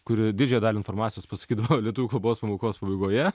kuri didžiąją dalį informacijos pasakydavo lietuvių kalbos pamokos pabaigoje